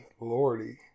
Lordy